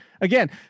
again